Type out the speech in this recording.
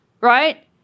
Right